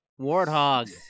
Warthog